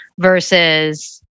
Versus